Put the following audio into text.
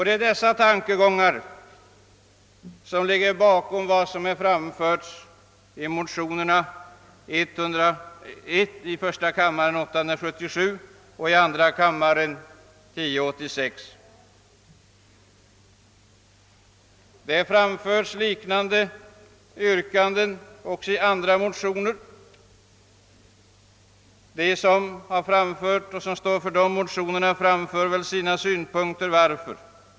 Det är dessa tankegångar som ligger bakom yrkandena i motionsparet I: 877 och II: 1086. Liknande yrkanden har framförts även i andra motioner, och motiven för dessa kommer väl att utvecklas av efterföljande talare.